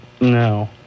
No